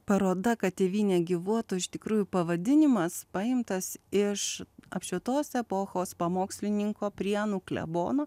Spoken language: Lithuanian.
paroda kad tėvynė gyvuotų iš tikrųjų pavadinimas paimtas iš apšvietos epochos pamokslininko prienų klebono